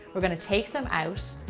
we're going to take them out.